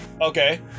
Okay